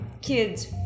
kids